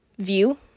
view